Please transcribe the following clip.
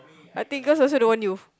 I think cause also don't want you